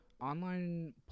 online